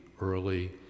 early